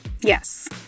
Yes